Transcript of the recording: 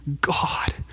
God